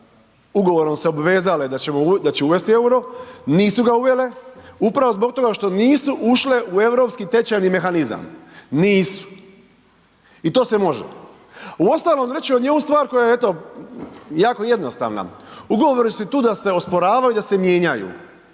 ugovorom se obvezale da će uvesti euro, nisu ga uvele upravo zbog toga što nisu ušle europski tečajni mehanizam, nisu. I to se može. Uostalom, reći ću vam i ovu stvar koja je eto, jako jednostavna. Ugovori su tu da se osporavaju i da se mijenjaju